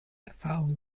erfahrung